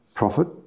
Profit